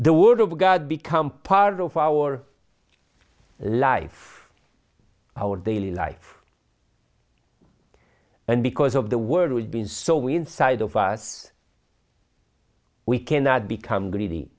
the word of god become part of our life our daily life and because of the world has been so we inside of us we cannot become greedy